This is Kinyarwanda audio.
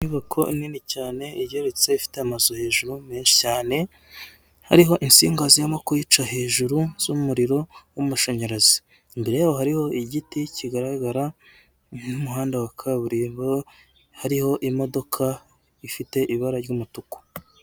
Inyubako nini cyane igeretse ifite amazu hejuru menshi cyane hariho insinga zirimo kuyica hejuru z'umuriro w'amashanyarazi, imbere yaho hariho igiti kigaragara n'umuhanda wa kaburimbo hariho imodoka ifite ibara ry'umutuku.